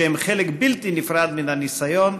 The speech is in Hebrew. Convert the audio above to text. שהם חלק בלתי נפרד מהניסיון,